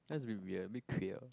that's really weird a bit clear